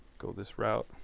go this route.